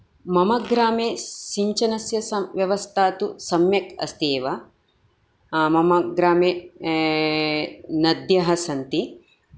मम ग्रामे सिञ्चनस्य व्यवस्थाः तु सम्यक् अस्ति एव मम ग्रामे नद्यः सन्ति